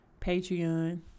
Patreon